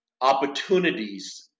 opportunities